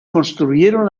construyeron